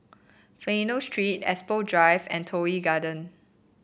Fidelio Street Expo Drive and Toh Yi Garden